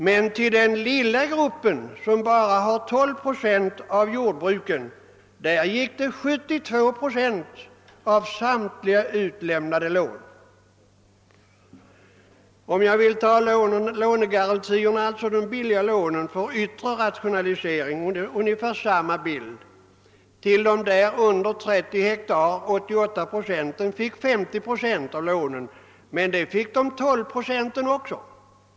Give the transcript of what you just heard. Men till den lilla gruppen, som bara utgör 12 procent av jordbruken, gick 72 procent av samtliga utlämnade lån. Lånegarantierna, alltså de billiga lånen för yttre rationalisering, visar ungefär samma bild. De 88 procenten jordbruk under 30 hektar fick 50 procent av garantilånen, men det fick de 12 procenten jordbruk över 30 hektar också.